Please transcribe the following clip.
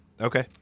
Okay